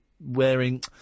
wearing